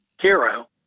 hero